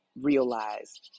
realize